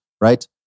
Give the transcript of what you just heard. right